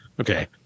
okay